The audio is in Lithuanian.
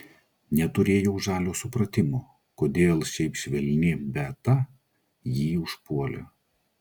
neturėjau žalio supratimo kodėl šiaip švelni beta jį užpuolė